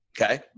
okay